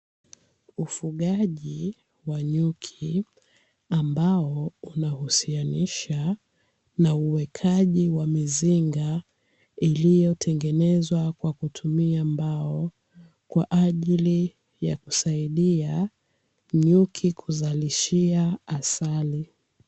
Ufugaji wa nyuki ambao una husianisha na uwekaji wa mizinga iliyotengenezwa kwa kutumia mbao, kwa ajili ya kusaidia nyuki kuzalishia asali.